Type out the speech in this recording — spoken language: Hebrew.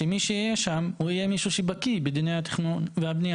שמי שיהיה שם הוא יהיה מישהו שבקיא בדיני התכנון והבניה.